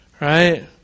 right